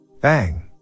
Bang